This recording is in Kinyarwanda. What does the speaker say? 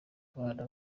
abana